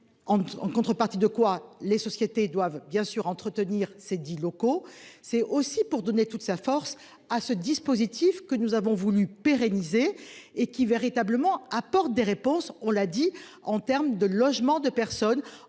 En contrepartie de quoi les sociétés doivent bien sûr entretenir ces 10 locaux c'est aussi pour donner toute sa force à ce dispositif que nous avons voulu pérenniser et qui véritablement apporte des réponses, on l'a dit en terme de logement de personnes